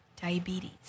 diabetes